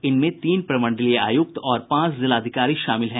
इनमें तीन प्रमंडलीय आयुक्त और पांच जिलाधिकारी शामिल हैं